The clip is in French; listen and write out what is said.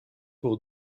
pour